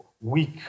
weak